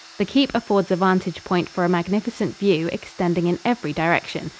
the keep affords a vantage point for a magnificent view, extending in every direction.